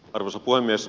arvoisa puhemies